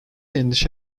endişe